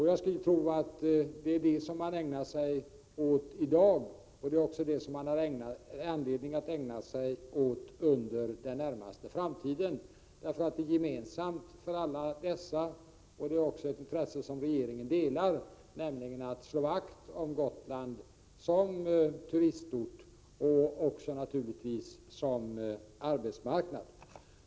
Jag skulle tro att det är det som man ägnar sig åt i dag, och det är också det som man har anledning att ägna sig åt under den närmaste tiden. Vad som är gemensamt för alla — och det är också av intresse för regeringen — är ju att slå vakt om Gotland som turistmål och naturligtvis också som arbetsmarknad.